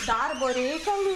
darbo reikalu